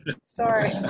sorry